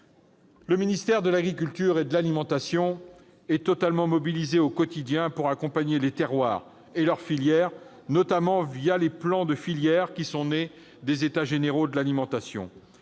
Le ministère de l'agriculture et de l'alimentation est pleinement mobilisé au quotidien pour accompagner les territoires et leurs filières, notamment les plans de filière qui sont nés des États généraux de l'alimentation.